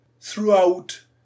throughout